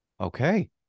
Okay